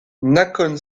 nakhon